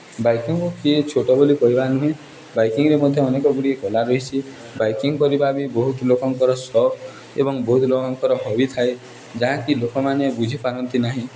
ବାଇକିଂକୁ କିଏ ଛୋଟ ବୋଲି କହିବା ନୁହେଁ ବାଇକିଂରେ ମଧ୍ୟ ଅନେକ ଗୁଡ଼ିଏ କଲା ରହିଛି ବାଇକିଂ କରିବା ବି ବହୁତ ଲୋକଙ୍କର ସଉକ ଏବଂ ବହୁତ ଲୋକଙ୍କର ହବି ଥାଏ ଯାହାକି ଲୋକମାନେ ବୁଝିପାରନ୍ତି ନାହିଁ